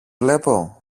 βλέπω